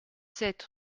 sept